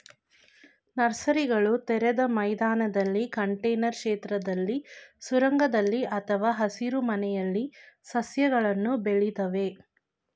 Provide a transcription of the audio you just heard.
ನರ್ಸರಿಗಳು ತೆರೆದ ಮೈದಾನದಲ್ಲಿ ಕಂಟೇನರ್ ಕ್ಷೇತ್ರದಲ್ಲಿ ಸುರಂಗದಲ್ಲಿ ಅಥವಾ ಹಸಿರುಮನೆಯಲ್ಲಿ ಸಸ್ಯಗಳನ್ನು ಬೆಳಿತವೆ